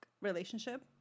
relationship